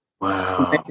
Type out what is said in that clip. Wow